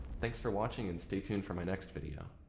thanks for watching and stay tuned for my next video.